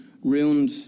ruined